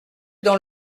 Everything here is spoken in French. dans